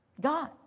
God